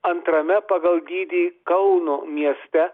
antrame pagal dydį kauno mieste